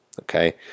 okay